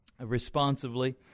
responsively